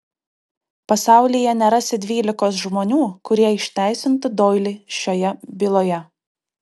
pasaulyje nerasi dvylikos žmonių kurie išteisintų doilį šioje byloje